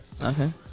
Okay